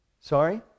Sorry